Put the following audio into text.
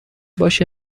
باشه